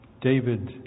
David